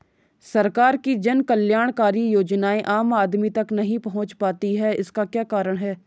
सरकार की जन कल्याणकारी योजनाएँ आम आदमी तक नहीं पहुंच पाती हैं इसका क्या कारण है?